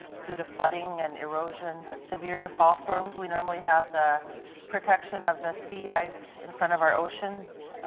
due to flooding and erosion, severe false storms, we normally have the protection of the sea ice in front of our oceans.